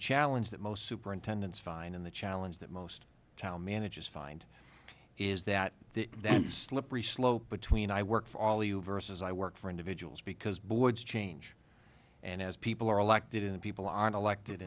challenge that most superintendents find in the challenge that most town managers find is that the slippery slope between i work for all you versus i work for individuals because boards change and as people are elected and people aren't elected